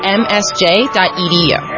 msj.edu